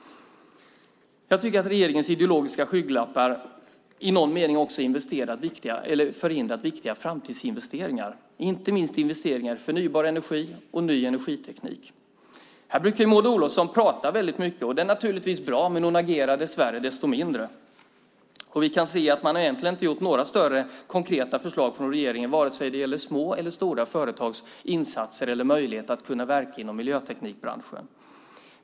Jag tycker att regeringens ideologiska skygglappar i någon mening också har förhindrat viktiga framtidsinvesteringar, inte minst investeringar i förnybar energi och ny energiteknik. Här brukar Maud Olofsson prata mycket, och det är naturligtvis bra, men hon agerar dess värre desto mindre. Vi kan inte se några konkreta förslag från regeringen för vare sig små eller stora företags insatser eller möjlighet att verka inom miljöteknikbranschen.